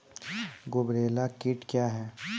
गुबरैला कीट क्या हैं?